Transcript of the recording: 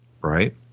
right